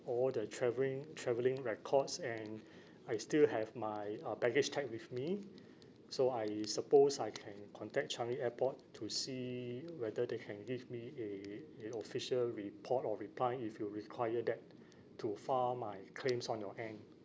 all the travelling travelling records and I still have my uh baggage tag with me so I suppose I can contact changi airport to see whether they can give me a a official report or reply if you require that to file my claims on your end